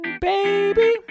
baby